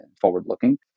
forward-looking